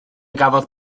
gafodd